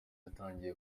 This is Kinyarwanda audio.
atangiye